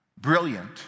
Brilliant